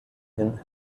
hin